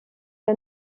der